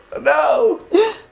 no